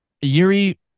Yuri